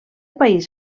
país